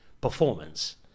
performance